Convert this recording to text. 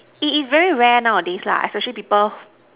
it is very rare nowadays lah especially people